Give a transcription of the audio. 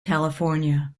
california